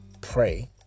Pray